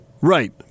Right